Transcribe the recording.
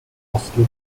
costly